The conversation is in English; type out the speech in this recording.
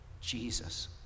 Jesus